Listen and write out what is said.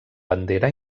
bandera